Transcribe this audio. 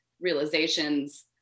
realizations